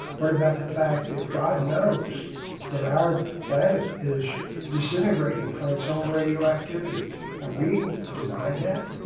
what about the fact that god knows that our planet is disintegrating from its own radioactivity and we deny that?